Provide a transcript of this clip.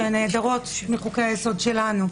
והן נעדרות מחוקי היסוד שלנו.